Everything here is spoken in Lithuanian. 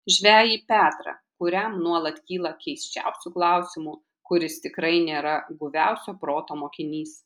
žvejį petrą kuriam nuolat kyla keisčiausių klausimų kuris tikrai nėra guviausio proto mokinys